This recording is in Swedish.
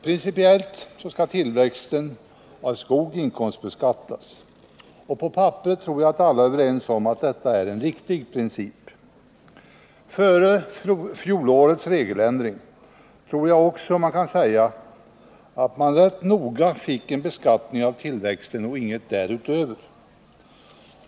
Principiellt skall tillväxten av skog inkomstbeskattas. På papperet tror jag att alla är överens om att detta är en riktig princip. Jag tror också att man kan Nr 110 säga att man före fjolårets regeländring rätt noga fick en beskattning av tillväxten och inget därutöver.